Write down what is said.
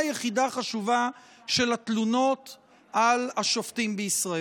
יחידה חשובה של התלונות על השופטים בישראל.